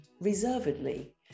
reservedly